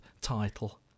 title